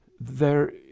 There